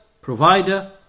provider